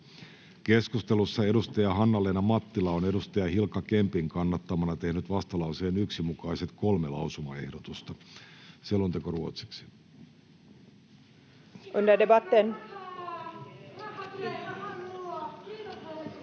Keskustelussa Hanna-Leena Mattila on Hilkka Kempin kannattamana tehnyt vastalauseen 1 mukaiset kolme lausumaehdotusta. [Speech 3]